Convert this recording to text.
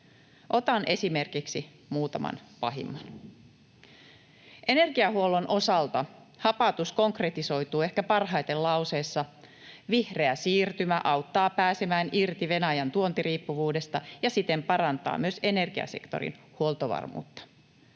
Otan esimerkiksi muutaman pahimman. Energiahuollon osalta hapatus konkretisoituu ehkä parhaiten lauseessa: ”Vihreä siirtymä auttaa pääsemään irti Venäjän tuontiriippuvuudesta ja siten parantaa myös energiasektorin huoltovarmuutta.”